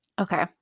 Okay